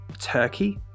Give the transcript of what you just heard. Turkey